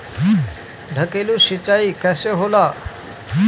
ढकेलु सिंचाई कैसे होला?